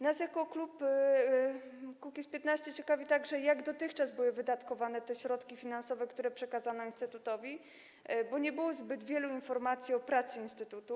Nas jako klub Kukiz’15 ciekawi także, jak dotychczas były wydatkowane te środki finansowe, które przekazano instytutowi, bo nie było zbyt wielu informacji o pracy instytutu.